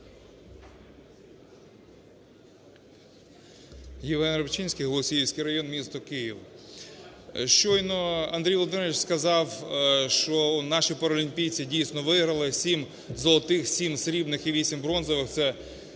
Євген Рибчинський, Голосіївський район, місто Київ. Щойно Андрій Володимирович сказав, що наші паралімпійці дійсно виграли сім золотих, сім срібних і вісім бронзових.